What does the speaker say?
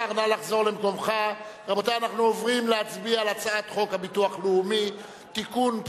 אנחנו עוברים להצבעה על הצעת חוק הביטוח הלאומי (תיקון,